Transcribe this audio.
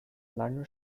lange